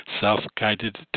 Self-Guided